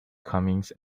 comings